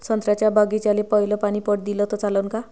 संत्र्याच्या बागीचाले पयलं पानी पट दिलं त चालन का?